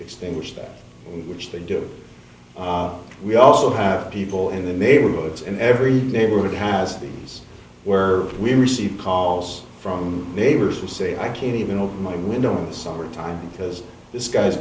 extinguish them which they do we also have people in the neighborhoods in every neighborhood has things where we receive calls from neighbors who say i can't even open my window in the summertime because this guy's